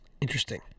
Interesting